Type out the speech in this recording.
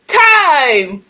time